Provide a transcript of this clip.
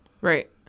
right